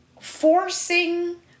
forcing